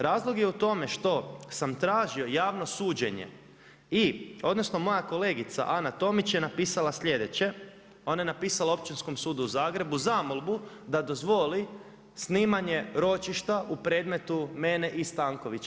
Razlog je u tome što sam tražio javno suđenje i odnosno moja kolegica Ana Tomić je napisala sljedeće, ona je napisala Općinskom sudu u Zagrebu zamolbu da dozvoli snimanje ročišta u predmetu mene i Stankovića.